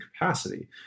capacity